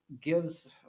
gives